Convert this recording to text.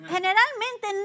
Generalmente